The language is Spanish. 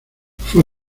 fue